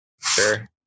Sure